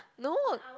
no